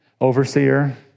Overseer